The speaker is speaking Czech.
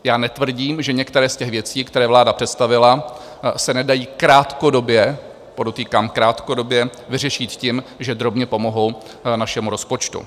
Já netvrdím, že některé z těch věcí, které vláda představila, se nedají krátkodobě podotýkám krátkodobě vyřešit tím, že drobně pomohou našemu rozpočtu.